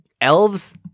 elves